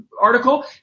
article